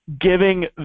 giving